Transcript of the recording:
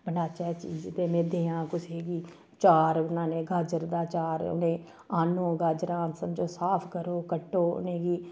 बनाचै चीज ते में देआं कुसै गी चार बनाने गाजर दा चार उ'नें आह्न्नो गाजरां समझो साफ करो कट्टो उ'नेंगी